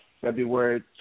February